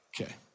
Okay